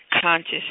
conscious